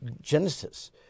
Genesis